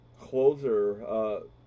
closer